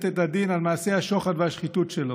את הדין על מעשי השוחד והשחיתות שלו.